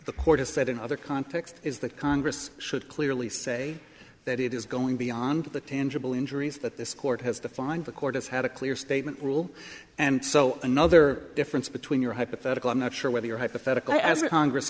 the court has said in other contexts is that congress should clearly say that it is going beyond the tangible injuries that this court has defined the court has had a clear statement rule and so another difference between your hypothetical i'm not sure whether your hypothetical as a congress